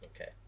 Okay